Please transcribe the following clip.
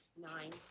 Nine